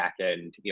backend